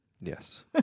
Yes